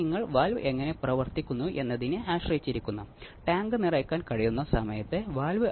op amp ഒരു സ്ഥിരമായ gain നൽകുന്നു